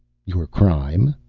your crime?